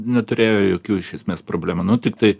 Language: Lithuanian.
neturėjo jokių iš esmės problemų nu tiktai